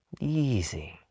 Easy